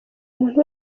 muntu